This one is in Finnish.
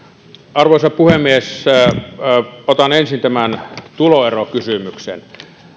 arvoisa puhemies otan ensin tämän tuloerokysymyksen